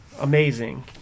Amazing